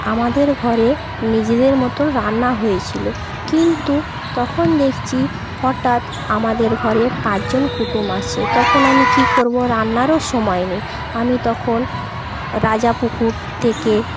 আমাদের ঘরে নিজেদের মতো রান্না হয়েছিল কিন্তু তখন দেখছি হঠাৎ আমাদের ঘরে পাঁচজন কুটুম আসছে তখন আমি কি করব রান্নারও সময় নেই আমি তখন রাজাপুকুর থেকে